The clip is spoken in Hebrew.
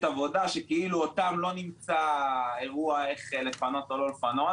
עבודה שכאילו אותם לא נמצא אירוע איך לפנות או לפנות,